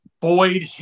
Boyd